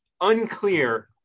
unclear